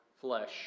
flesh